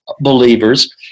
believers